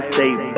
State